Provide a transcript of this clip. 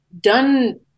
done